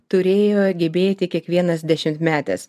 turėjo gebėti kiekvienas dešimtmetis